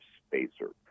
spacer